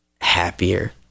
happier